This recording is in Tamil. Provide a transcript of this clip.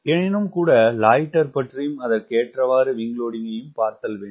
எனினும் கூட லாயிட்டர் பற்றியும் அதற்கேற்ற விங்க் லோடிங்கையும் பார்த்தல் வேண்டும்